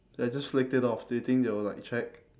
I just flicked it off do you think they will like check